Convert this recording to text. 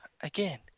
again